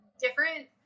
different